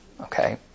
Okay